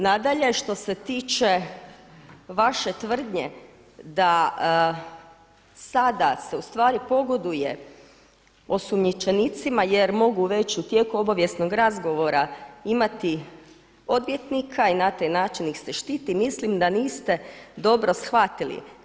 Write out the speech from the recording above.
Nadalje, što se tiče vaše tvrdnje da sada se pogoduje osumnjičenicima jer mogu već u tijeku obavijesnog razgovora imati odvjetnika i na taj način ih se štiti, mislim da niste dobro shvatili.